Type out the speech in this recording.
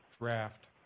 draft